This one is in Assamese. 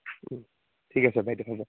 ঠিক আছে বাইদেউ হ'ব